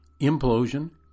implosion